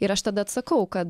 ir aš tada atsakau kad